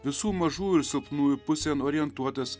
visų mažų ir silpnųjų pusėn orientuotas